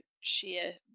sheer